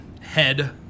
head